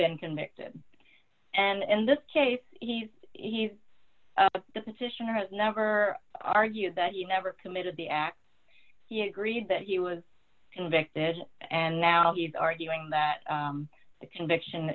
been convicted and in this case he's he's the petitioner has never argued that he never committed the act he agreed that he was convicted and now he's arguing that the conviction